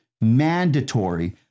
mandatory